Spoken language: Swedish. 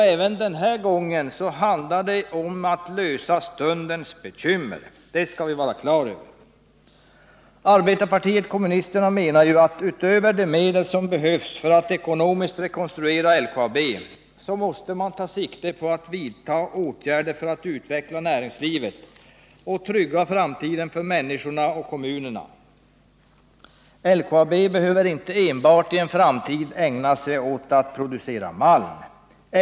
Även nu handlar det om att lösa stundens bekymmer. Det skall vi ha klart för Arbetarpartiet kommunisterna menar att utöver de medel som behövs för att ekonomiskt rekonstruera LKAB niåste man ta sikte på att vidta åtgärder för att utveckla näringslivet och trygga framtiden för människorna och kommunerna. LKAB behöver i en framtid inte enbart ägna sig åt att producera malm.